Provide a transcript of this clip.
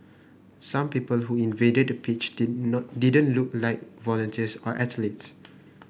some people who invaded the pitch did not didn't look like volunteers or athletes